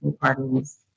parties